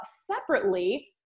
separately